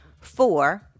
four